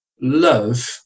love